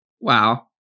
Wow